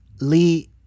Lee